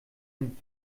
dem